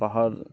पहाड़